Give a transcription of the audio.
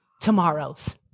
tomorrows